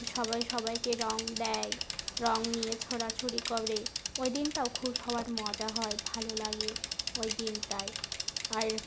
সবাই সবাইকে রং দেয় রং নিয়ে ছোড়াছুড়ি করে ওই দিনটাও খুব সবার মজা হয় ভালো লাগে ওই দিনটায় আর